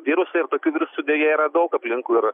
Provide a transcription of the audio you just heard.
virusą ir tokių virusų deja yra daug aplinkui ir